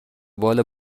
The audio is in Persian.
بال